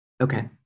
Okay